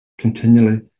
continually